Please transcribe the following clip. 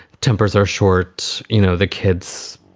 tempers are short. you know, the kids,